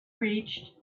reached